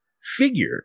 figure